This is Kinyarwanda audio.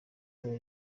dore